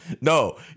No